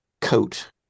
coat